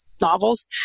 novels